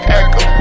echo